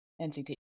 NCT